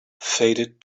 faded